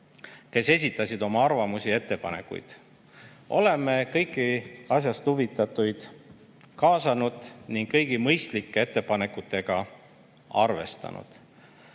kes esitasid oma arvamusi ja ettepanekuid. Oleme kõiki asjast huvitatuid kaasanud ning kõigi mõistlike ettepanekutega arvestanud.